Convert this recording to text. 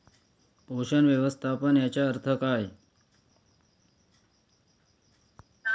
पोषक व्यवस्थापन याचा अर्थ काय?